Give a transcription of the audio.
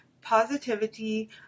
positivity